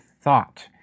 thought